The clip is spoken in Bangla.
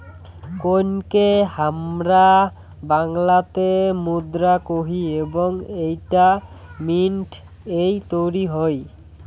কোইনকে হামরা বাংলাতে মুদ্রা কোহি এবং এইটা মিন্ট এ তৈরী হই